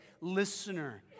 listener